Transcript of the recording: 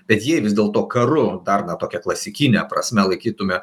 bet jei vis dėlto karu dar na tokia klasikine prasme laikytume